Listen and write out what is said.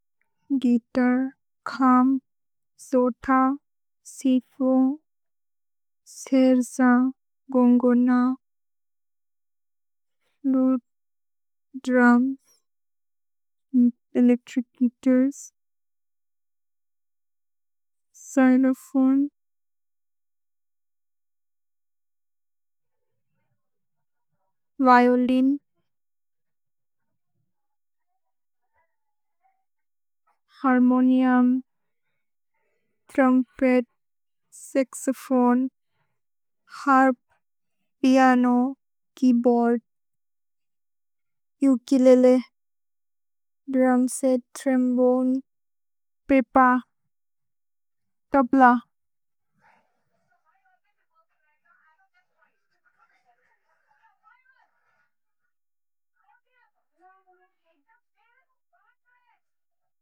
Guitar, खम्, सोथ, सिथो, सेर्ज, गोन्गोन, flute, drums, electric guitars, xylophone, violin, harmonium, trumpet, saxophone, harp, piano, keyboard, ukulele, drum set, trombone, पेप, तब्ल।